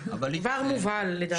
הוא כבר מובהל לדעתי.